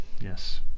Yes